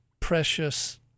precious